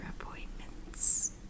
appointments